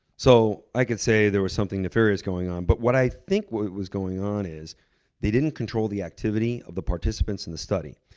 so i can say there was something nefarious going on, but what i think was going on is they didn't control the activity of the participants in the study.